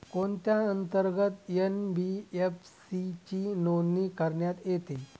कोणत्या अंतर्गत एन.बी.एफ.सी ची नोंदणी करण्यात येते?